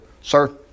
Sir